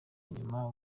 nyuma